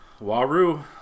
Waru